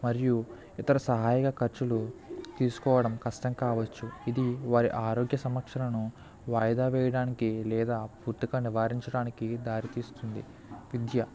మరియు ఇతర సహాయక ఖర్చులు తీసుకోవడం కష్టం కావచ్చు ఇది వారి ఆరోగ్య సంరక్షణలను వాయిదా వేయడానికి లేదా పూర్తిగా నివారించడానికి దారితీస్తుంది విద్య